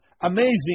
amazing